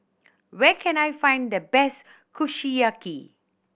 where can I find the best Kushiyaki